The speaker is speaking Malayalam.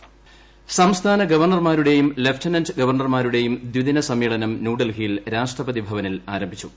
ഗവർണർ സമ്മേളനം സംസ്ഥാന ഗവർണർമാരുടെയും ലഫ്റ്റനന്റ് ഗവർണർമാരുടെയും ദ്വിദിന സമ്മേളനം ന്യൂഡൽഹിയിൽ രാഷ്ട്രപതി ഭവനിൽ ആരംഭിച്ചു